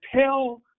tell